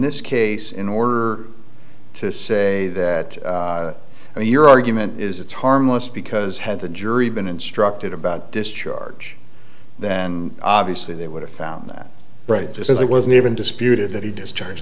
this case in order to say that and your argument is it's harmless because had the jury been instructed about this charge then obviously they would have found that right this is it wasn't even disputed that he discharged